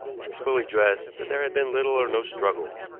he was fully dressed, and there had been little or no struggle.